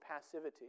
passivity